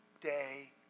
day